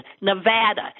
Nevada